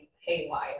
haywire